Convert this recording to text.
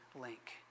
link